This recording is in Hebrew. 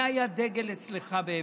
זה היה דגל אצלך באמת.